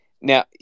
now